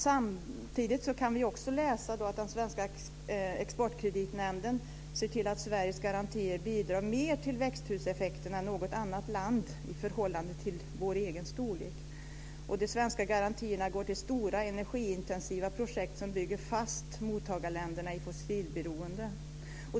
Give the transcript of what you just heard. Samtidigt kan vi också läsa om att den svenska exportkreditnämnden bidrar till att de svenska garantierna i förhållande till landets storlek medverkar mer till växthuseffekten än något annat lands garantier. De svenska garantierna avser stora energiintensiva projekt som bygger fast mottagarländerna i fossilberoende.